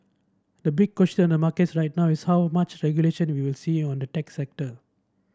the big question on the markets right now is how much regulation we will see on the tech sector